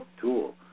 tool